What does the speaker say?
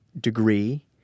degree